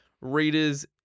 readers